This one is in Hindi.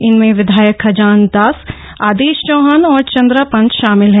इनमें विधायक खजान दास आदेश चौहान और चंद्रा पंत शामिल हैं